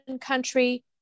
country